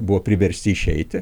buvo priversti išeiti